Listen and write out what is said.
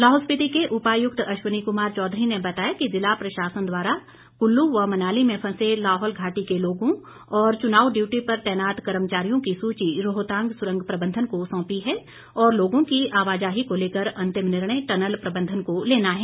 लाहौल स्पिति के उपायुक्त अश्वनी कुमार चौधरी ने बताया कि ज़िला प्रशासन द्वारा कुल्लू व मनाली में फंसे लाहौल घाटी के लोगों और चुनाव डियूटी पर तैनात कर्मचारियों की सूची रोहतांग सुरंग प्रबंधन को सौंपी है और लोगों की आवाजाही को लेकर अंतिम निर्णय टनल प्रबंधन को लेना है